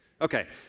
Okay